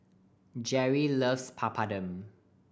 Jeri loves Papadum